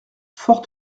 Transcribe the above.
fort